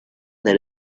that